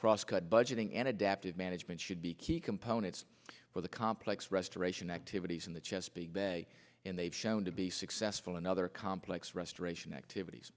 crosscut budgeting and adaptive management should be key components for the complex restoration activities in the chesapeake bay and they've shown to be successful in other complex restoration activities